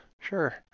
sure